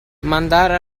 mandare